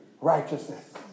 righteousness